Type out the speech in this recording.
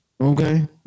Okay